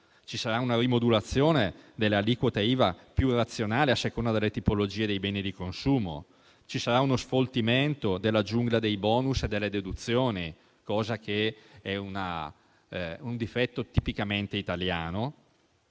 Ci sarà una rimodulazione delle aliquote IVA, più razionale a seconda delle tipologie dei beni di consumo. Ci sarà uno sfoltimento della giungla dei *bonus* e delle deduzioni (un difetto tipicamente italiano).